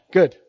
Good